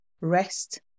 rest